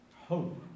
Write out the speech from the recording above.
Hope